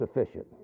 sufficient